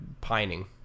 pining